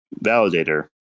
validator